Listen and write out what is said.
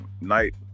night